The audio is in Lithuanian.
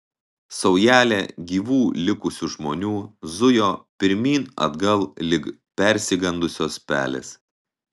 saujelė gyvų likusių žmonių zujo pirmyn atgal lyg persigandusios pelės